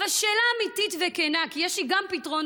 אבל שאלה אמיתית וכנה, כי יש לי גם פתרונות: